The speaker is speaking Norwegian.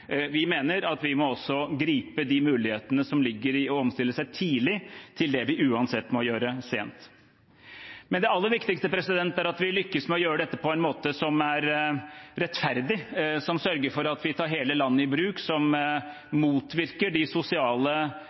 Vi mener at vi må gripe de mulighetene som ligger i å omstille seg tidlig, til det vi uansett må gjøre sent. Men det aller viktigste er at vi lykkes med å gjøre dette på en måte som er rettferdig, som sørger for at vi tar hele landet i bruk, som motvirker de sosiale